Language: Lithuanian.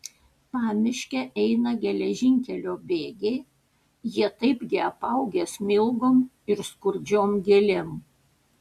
pamiške eina geležinkelio bėgiai jie taipgi apaugę smilgom ir skurdžiom gėlėm